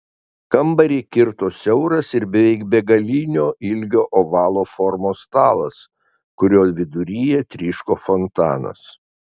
kambarį kirto siauras ir beveik begalinio ilgio ovalo formos stalas kurio viduryje tryško fontanas